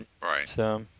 Right